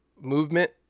movement